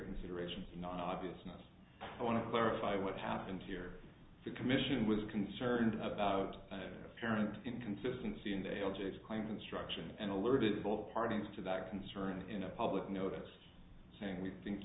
consideration non obviousness i want to clarify what happened here the commission was concerned about parent inconsistency in the l g s claim construction and alerted both parties to that concern in a public notice saying we think